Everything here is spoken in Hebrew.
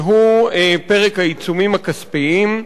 והוא פרק העיצומים הכספיים.